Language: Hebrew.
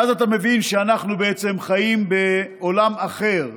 ואז אתה מבין שאנחנו חיים בעולם אחר,